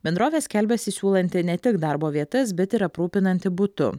bendrovė skelbiasi siūlanti ne tik darbo vietas bet ir aprūpinanti butu